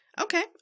Okay